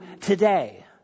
today